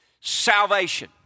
Salvation